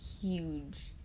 huge